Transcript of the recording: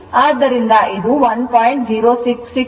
ಆದ್ದರಿಂದ ಇದು 1